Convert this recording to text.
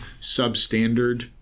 substandard